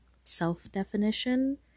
self-definition